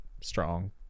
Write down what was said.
strong